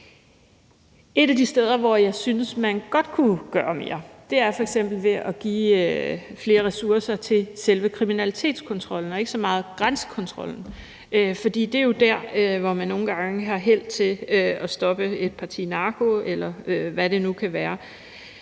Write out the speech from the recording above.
Et af de steder, hvor jeg synes man godt kunne gøre mere, er f.eks. ved at give flere ressourcer til selve kriminalitetskontrollen og ikke så meget grænsekontrollen, for det er jo der, hvor man nogle gange har held til at stoppe et parti narko, eller hvad det nu kan være.